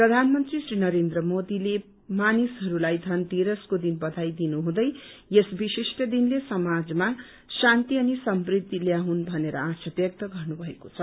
प्रधानमन्त्री श्री नरेन्द्र मोदीले मानिसहरूलाई धनतेरसको दिन बधाई दिनुहुँदै यस विशिष्ट दिनले समाजमा शान्ति अनि समृद्धि ल्याउन भनेर आशा व्यक्त गर्नुभएको छ